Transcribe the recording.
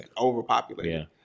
Overpopulated